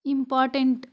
important